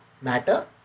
matter